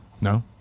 No